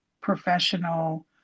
professional